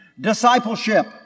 discipleship